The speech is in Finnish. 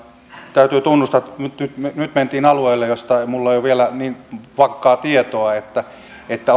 täytyy tunnustaa että nyt mentiin alueelle josta ei minulla ole vielä niin vankkaa tietoa että